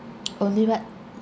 only what